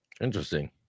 Interesting